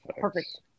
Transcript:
perfect